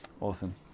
Awesome